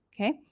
Okay